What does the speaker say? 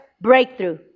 breakthrough